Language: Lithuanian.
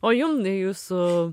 o jum jūsų